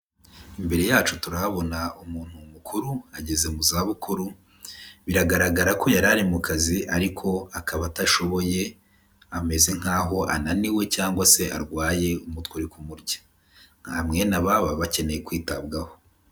Imbere yacu turahabona umuntu mukuru ageze mu zabukuru, biragaragara ko yari ari mu kazi ariko akaba atashoboye, ameze nk'aho ananiwe cyangwa se arwaye umutwe uri kumurya. Mwene aba baba bakeneye kwitabwaho.